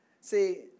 See